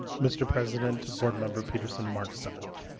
mr president, board member petersen, march seventh.